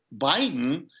Biden